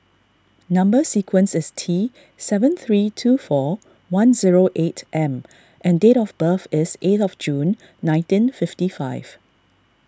Number Sequence is T seven three two four one zero eight M and date of birth is eight of June nineteen fifty five